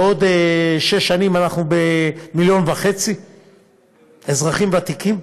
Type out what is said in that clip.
בעוד שש שנים אנחנו עם 1.5 מיליון אזרחים ותיקים.